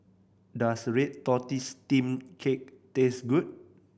does red tortoise steamed cake taste good